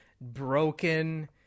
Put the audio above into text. broken